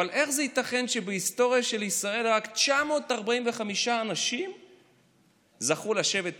איך זה ייתכן שבהיסטוריה של ישראל רק 945 אנשים זכו לשבת פה,